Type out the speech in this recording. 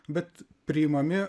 bet priimami